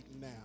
now